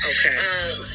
Okay